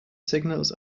signals